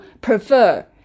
prefer